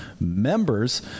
Members